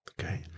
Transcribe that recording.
okay